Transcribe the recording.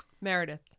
Meredith